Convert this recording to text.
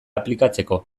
aplikatzeko